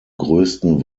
größten